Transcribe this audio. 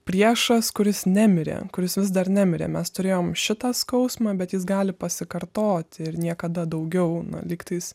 priešas kuris nemirė kuris vis dar nemirė mes turėjom šitą skausmą bet jis gali pasikartoti ir niekada daugiau nu lygtais